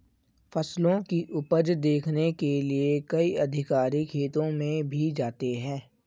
फसलों की उपज देखने के लिए कई अधिकारी खेतों में भी जाते हैं